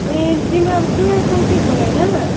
ए तिम्रो अब twelve complete भयो होइन